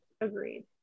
Agreed